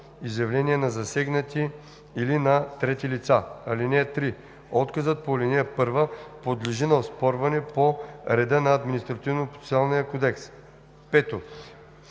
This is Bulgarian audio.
изявления на засегнатите или на трети лица. (3) Отказът по ал. 1 подлежи на оспорване по реда на Административнопроцесуалния кодекс.“ 5.